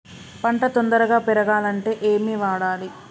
పంట తొందరగా పెరగాలంటే ఏమి వాడాలి?